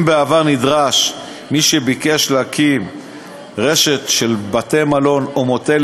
אם בעבר נדרש מי שביקש להקים רשת של בתי-מלון או מוטלים